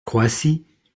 croatie